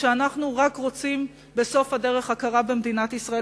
שאנחנו רק רוצים בסוף הדרך הכרה במדינת ישראל,